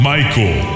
Michael